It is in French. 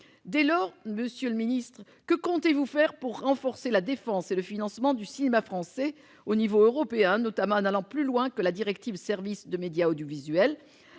Dès lors, monsieur le ministre, que comptez-vous faire pour renforcer la défense et le financement du cinéma français au niveau européen, notamment en allant plus loin que la directive « services de médias audiovisuels »